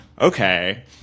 okay